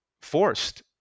forced